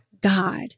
God